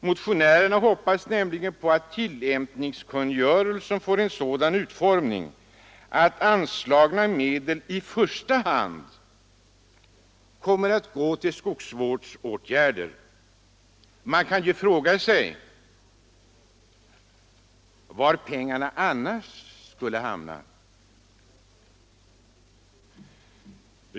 Motionärerna hoppas nämligen på att tillämpningskungörelsen får en sådan utformning att anslagna medel i första hand kommer att gå till skogsvårdsåtgärder. Man kan ju fråga sig var pengarna annars skulle hamna.